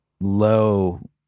low